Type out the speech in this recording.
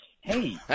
Hey